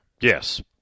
Yes